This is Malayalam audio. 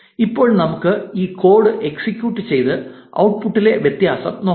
ഇപ്പോൾ നമുക്ക് ഈ കോഡ് എക്സിക്യൂട്ട് ചെയ്ത് ഔട്ട്പുട്ട്ലെ വ്യത്യാസം നോക്കാം